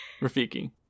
Rafiki